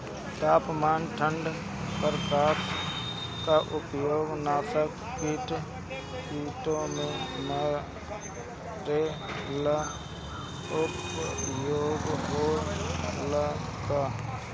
तापमान ठण्ड प्रकास का उपयोग नाशक कीटो के मारे ला उपयोग होला का?